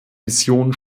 mission